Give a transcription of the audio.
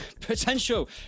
potential